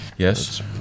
Yes